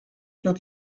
took